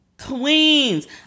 Queens